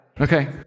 Okay